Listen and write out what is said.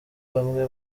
bamwe